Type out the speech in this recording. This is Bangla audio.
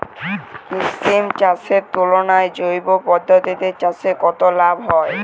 কৃত্রিম চাষের তুলনায় জৈব পদ্ধতিতে চাষে কত লাভ হয়?